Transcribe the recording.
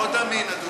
מאוד אמין, אדוני.